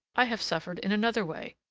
i have suffered in another way.